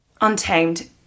untamed